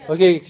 Okay